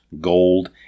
gold